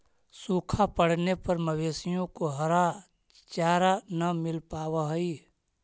सूखा पड़ने पर मवेशियों को हरा चारा न मिल पावा हई